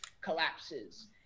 collapses